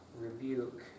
rebuke